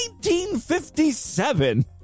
1957